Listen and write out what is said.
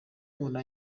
umuntu